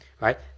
right